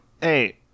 hey